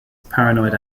paranoid